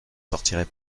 sortirez